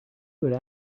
would